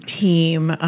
team